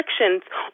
restrictions